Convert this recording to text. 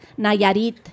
Nayarit